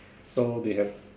so they have to